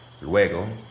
luego